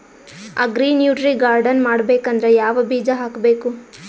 Agri nutri garden ಮಾಡಬೇಕಂದ್ರ ಯಾವ ಬೀಜ ಹಾಕಬೇಕು?